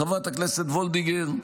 חברת הכנסת וולדיגר,